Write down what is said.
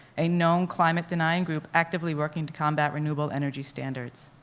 a known climate-denying group actively working to combat renewable energy standards.